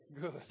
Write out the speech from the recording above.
good